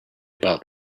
about